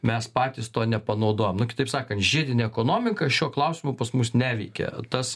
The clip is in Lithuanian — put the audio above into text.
mes patys to nepanaudojam nu kitaip sakant žiedinė ekonomika šiuo klausimu pas mus neveikia tas